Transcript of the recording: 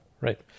right